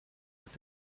wird